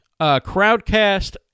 Crowdcast